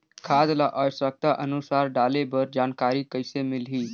खाद ल आवश्यकता अनुसार डाले बर जानकारी कइसे मिलही?